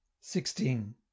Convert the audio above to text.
Sixteen